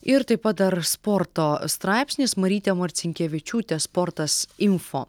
ir taip pat dar sporto straipsnis marytė marcinkevičiūtė sportas info